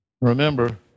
Remember